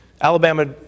Alabama